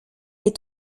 est